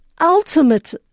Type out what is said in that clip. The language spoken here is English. ultimate